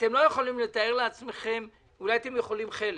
אתם לא יכולים לתאר לעצמכם אולי אתם יכולים לתאר לעצמכם חלק